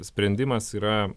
sprendimas yra